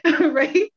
right